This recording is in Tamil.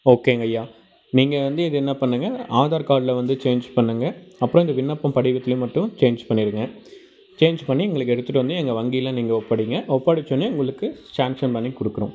ஓகேங்கய்யா நீங்கள் வந்து இது என்ன பண்ணுங்கள் ஆதார் கார்டில் வந்து சேஞ்ச் பண்ணுங்கள் அப்புறம் இந்த விண்ணப்பப் படிவத்தில் மட்டும் சேஞ்ச் பண்ணிவிடுங்க சேஞ்ச் பண்ணி எங்களுக்கு எடுத்துகிட்டு வந்து எங்கள் வங்கியில் நீங்கள் ஒப்படைங்க ஒப்படைச்சவுடனே உங்களுக்கு சாங்ஷன் பண்ணிக் கொடுக்குறோம்